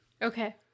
Okay